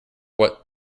what